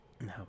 No